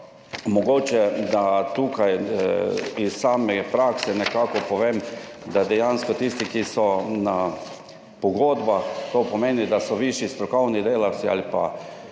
Mogoče vam tukaj iz same prakse nekako povem, da dejansko tisti, ki so na pogodbah, to pomeni, da so višji strokovni delavci ali pa